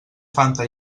fanta